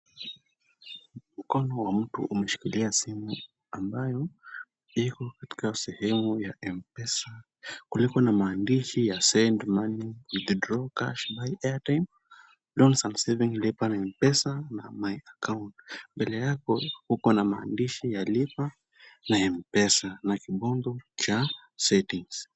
Mkono wa mtu umeshikilia simu ambayo iko katika sehemu ya mpesa, kuliko na maandishi ya send money, withdraw cash, buy airtime, loans and savings , lipa na mpesa na my account . Mbele yako kuko na maandishi ya lipa na mpesa na kibongo cha settings .